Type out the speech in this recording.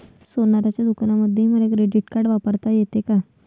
सोनाराच्या दुकानामंधीही मले क्रेडिट कार्ड वापरता येते का?